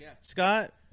Scott